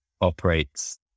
operates